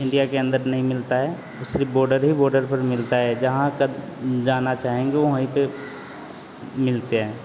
India के अंदर नहीं मिलता है वह सिर्फ बोडर ही बोडर पर मिलता है जहाँ कद जाना चाहेंगे वहीं पर मिलते हैं